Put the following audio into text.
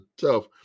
tough